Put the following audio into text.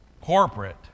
Corporate